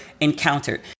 encountered